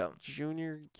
junior